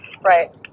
Right